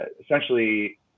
essentially